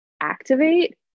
activate